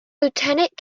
lieutenant